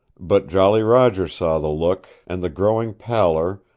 but jolly roger saw the look, and the growing pallor,